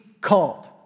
called